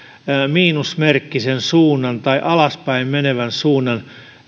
miinusmerkkisen suunnan tai alaspäin menevän suunnan